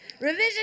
Revision